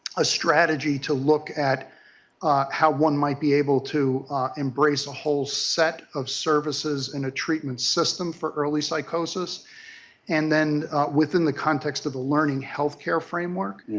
a strategy to look at how one might be able to embrace a whole set of services in a treatment system for early psychosis and then within the context of a learning health care framework